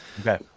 Okay